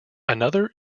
another